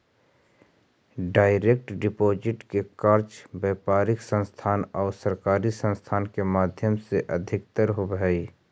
direct deposit के कार्य व्यापारिक संस्थान आउ सरकारी संस्थान के माध्यम से अधिकतर होवऽ हइ